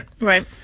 Right